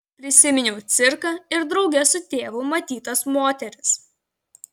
prisiminiau cirką ir drauge su tėvu matytas moteris